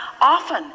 often